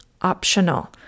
optional